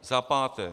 Za páté.